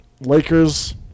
Lakers